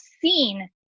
seen